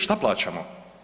Što plaćamo?